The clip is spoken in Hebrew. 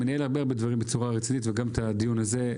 הרבה הרבה דברים בצורה רצינית, וגם את הדיון הזה.